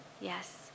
Yes